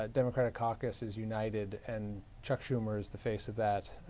ah democratic caucus is united and chuck schumer is the face of that.